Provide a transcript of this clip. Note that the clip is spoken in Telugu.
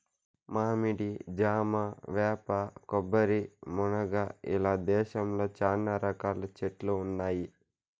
మామిడి, జామ, వేప, కొబ్బరి, మునగ ఇలా దేశంలో చానా రకాల చెట్లు ఉన్నాయి